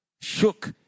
shook